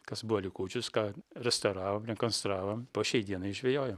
kas buvo likučius ką restauravom rekonstravom po šiai dienai žvejoju